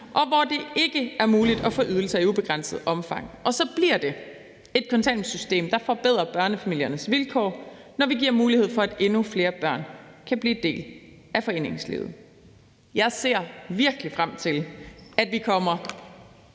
og hvor det ikke er muligt at få ydelser i ubegrænset omfang. Og så bliver det et kontanthjælpssystem, der forbedrer børnefamiliernes vilkår, når vi giver mulighed for, at endnu flere børn kan blive en del af foreningslivet. Jeg ser virkelig frem til, at vi kommer